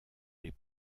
les